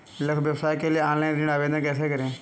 लघु व्यवसाय के लिए ऑनलाइन ऋण आवेदन कैसे करें?